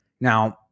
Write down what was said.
now